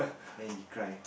then he cry